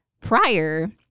prior